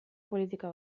politika